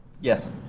Yes